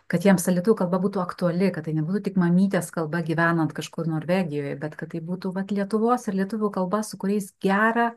kad jiems ta lietuvių kalba būtų aktuali kad tai nebūtų tik mamytės kalba gyvenant kažkur norvegijoj bet kad tai būtų vat lietuvos ir lietuvių kalba su kuriais gera